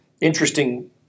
interesting